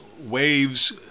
waves